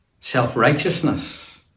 self-righteousness